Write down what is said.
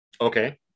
okay